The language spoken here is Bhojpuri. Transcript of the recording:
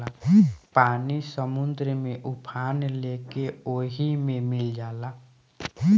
पानी समुंदर में उफान लेके ओहि मे मिल जाला